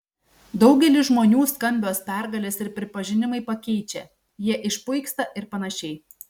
daugelį žmonių skambios pergalės ir pripažinimai pakeičia jie išpuiksta ir panašiai